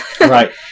Right